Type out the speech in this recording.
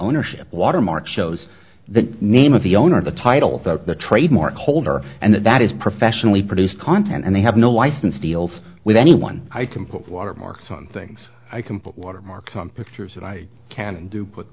ownership watermark shows the name of the owner of the title that the trademark holder and that that is professionally produced content and they have no license deals with anyone i can put watermarks on things i can put watermark some pictures that i can do put